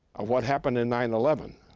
of what happened in nine eleven,